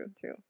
true